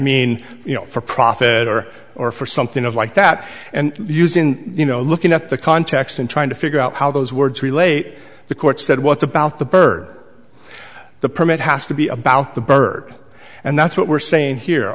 mean you know for profit or or for something of like that and using you know looking at the context and trying to figure out how those words relate the court said what about the bird the permit has to be about the bird and that's what we're saying here